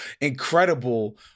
incredible